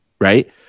Right